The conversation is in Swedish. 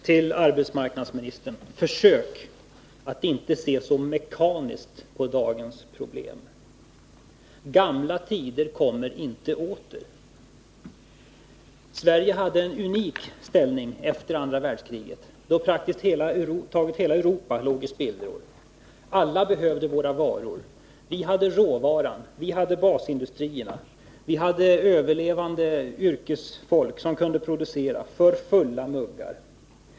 Herr talman! Försök att inte se så mekaniskt på dagens problem, herr arbetsmarknadsminister! Gamla tider kommer inte åter. Sverige hade en unik ställning efter andra världskriget, då praktiskt taget hela Europa låg i spillror. Alla behövde våra varor. Vi hade råvaran. Vi hade basindustrierna. Vi hade överlevande yrkesfolk som kunde producera för fulla muggar.